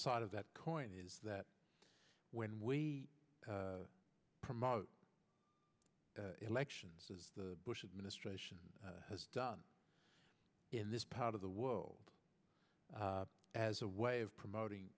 side of that coin is that when we promote elections as the bush administration has done in this part of the world as a way of promoting